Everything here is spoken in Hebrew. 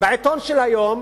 בעיתון של היום